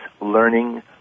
learning